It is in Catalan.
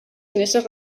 finestres